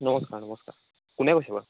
নমস্কাৰ নমস্কাৰ কোনে কৈছে